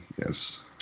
yes